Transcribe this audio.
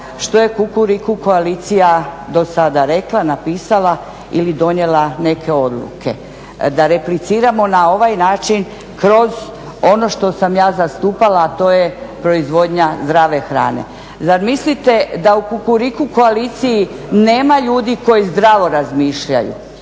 što je Kukuriku koalicija do sada rekla, napisala ili donijela neke odluke. Da repliciramo na ovaj način kroz ono što sam ja zastupala, a to je proizvodnja zdrave hrane. Zar mislite da u Kukuriku koaliciji nema ljudi koji zdravo razmišljaju?